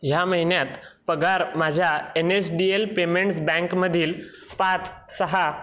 ह्या महिन्यात पगार माझ्या N S D L payments बँकमधील पाच सहा